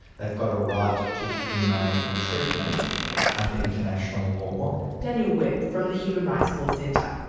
they've got a right to humane treatment under international law. daniel webb from the human rights law centre.